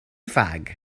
fag